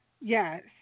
Yes